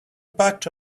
batch